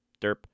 Derp